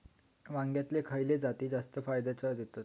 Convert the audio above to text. वांग्यातले खयले जाती जास्त फायदो देतत?